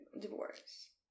divorce